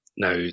Now